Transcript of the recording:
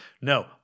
No